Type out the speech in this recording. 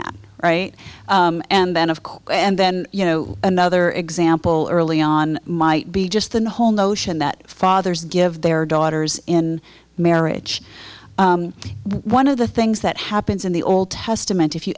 that right and then of course and then you know another example early on might be just than the whole notion that fathers give their daughters in marriage one of the things that happens in the old testament if you